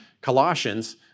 Colossians